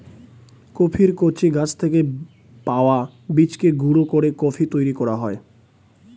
কফির কচি গাছ থেকে পাওয়া বীজকে গুঁড়ো করে কফি তৈরি করা হয়